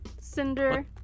Cinder